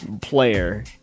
player